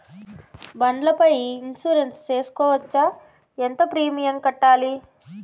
బండ్ల పై ఇన్సూరెన్సు సేసుకోవచ్చా? ఎంత ప్రీమియం కట్టాలి?